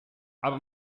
aber